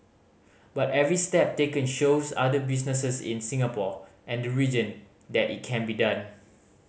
but every step taken shows other businesses in Singapore and the region that it can be done